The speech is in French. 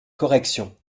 correction